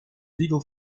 legal